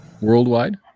Worldwide